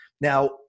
now